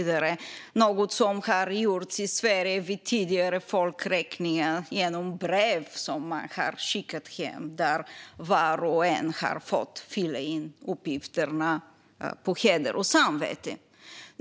Detta har gjorts i Sverige vid tidigare folkräkningar genom brev som man har skickat hem och där var och en har fått fylla i uppgifter på heder och samvete.